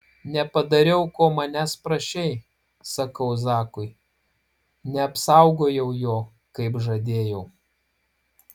nepadariau ko manęs prašei sakau zakui neapsaugojau jo kaip žadėjau